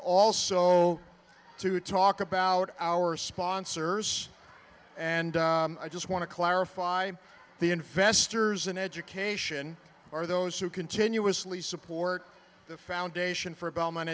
also to talk about our sponsors and i just want to clarify the investors in education are those who continuously support the foundation for a bel